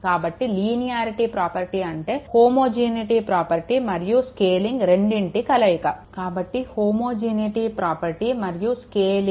కాబట్టి లీనియారిటీ ప్రాపర్టీఅంటే హోమోజినిటీ ధర్మం మరియు స్కేలింగ్ రెండిటి కలయిక కాబట్టి హోమోజినిటీ ప్రాపర్టీ మరియు స్కేలింగ్